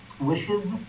wishes